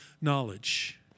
knowledge